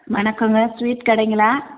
வணக்கங்க ஸ்வீட் கடைங்களா